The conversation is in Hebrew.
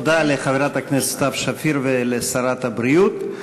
תודה לחברת הכנסת סתיו שפיר ולשרת הבריאות.